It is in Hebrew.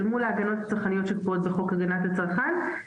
אל מול ההגנות הצרכניות שקבועות בחוק הגנת הצרכן.